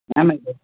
ma'am அது